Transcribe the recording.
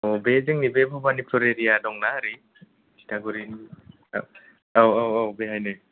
औ बे जोंनि बे भबानिपुर एरिया दंना ओरै तितागुरिनि औ औ औ बेहायनो